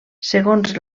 segons